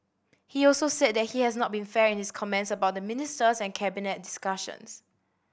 he also said that he has not been fair in his comments about the ministers and Cabinet discussions